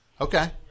Okay